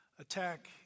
attack